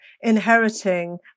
inheriting